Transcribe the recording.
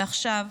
ועכשיו,